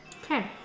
Okay